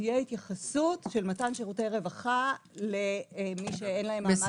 שתהיה התייחסות של מתן שירותי רווחה למי שאין להם מעמד תושב.